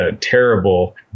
terrible